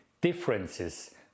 differences